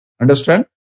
Understand